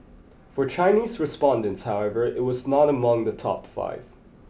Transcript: for Chinese respondents however it was not among the top five